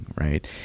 Right